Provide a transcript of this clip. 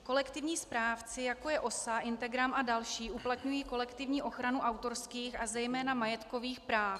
Kolektivní správci, jako je OSA, Integram a další, uplatňují kolektivní ochranu autorských a zejména majetkových práv.